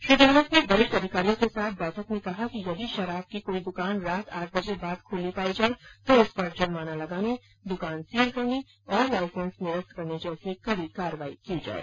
श्री गहलोत ने वरिष्ठ अधिकारियों के साथ बैठक में कहा कि यदि शराब की कोई दुकान रात आठ बजे बाद खुली पाई जाए तो उस पर जुर्माना लगाने दुकान सील करने और लाईसेंस निरस्त करने जैसी कड़ी कार्रवाई की जाये